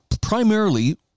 primarily